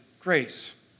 grace